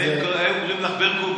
הרי אם היו קוראים לך ברקוביץ',